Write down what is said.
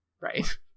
Right